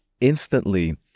Instantly